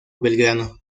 belgrano